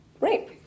Rape